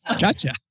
gotcha